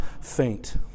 faint